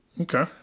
Okay